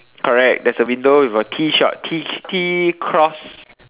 correct there's a window with T shop T T cross